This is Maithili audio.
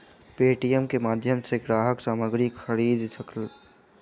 पे.टी.एम के माध्यम सॅ ग्राहक सामग्री खरीद सकल